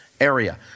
Area